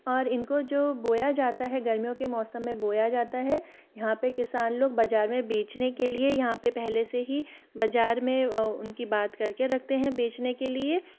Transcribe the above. और इनको जो बोया जाता है गर्मियों के मौसम में बोया जाता है यहाँ पर किसान लोग बाज़ार में बेचने के लिए यहाँ पर पहले से ही बाज़ार में उनकी बात करके रखते हैं बेचने के लिए